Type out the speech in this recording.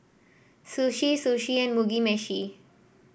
Sushi Sushi and Mugi Meshi